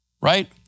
right